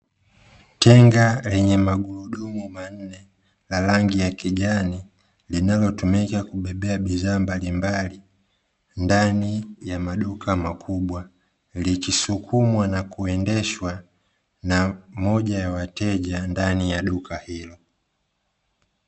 Tenga lenye magurudumu manne la rangi ya kijani linalotumika kubebea bidhaa mbalimbali ndani ya maduka makubwa, likisukumwa na kuendeshwa na moja ya wateja ndani ya duka hilo.